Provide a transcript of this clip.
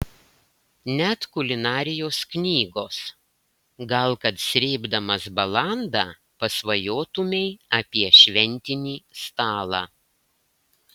net kulinarijos knygos gal kad srėbdamas balandą pasvajotumei apie šventinį stalą